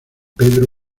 pedro